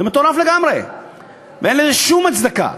זה מטורף לגמרי ואין לזה שום הצדקה.